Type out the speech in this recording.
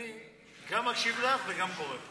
אני גם מקשיב לך וגם קורא.